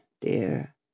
dear